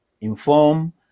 inform